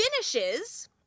finishes